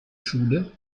schule